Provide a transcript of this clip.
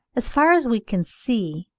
as far as we can see,